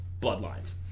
bloodlines